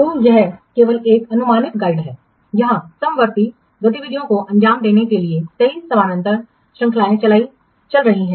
तो यह केवल एक अनुमानित गाइड है जहाँ समवर्ती गतिविधियों को अंजाम देने के लिए कई समानांतर श्रृंखलाएँ चल रही हैं